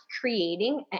creating